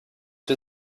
wir